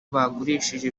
bagurishije